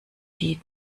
die